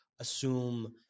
assume